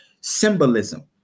Symbolism